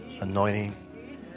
anointing